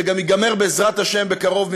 שגם ייגמר בעזרת השם בקרוב,